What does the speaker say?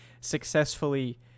successfully